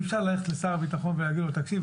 אי אפשר ללכת לשר הביטחון ולהגיד לו: תקשיב,